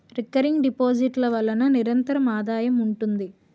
recurring deposit ల వలన నిరంతర ఆదాయం ఉంటుంది